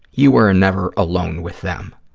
you were never alone with them.